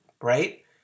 right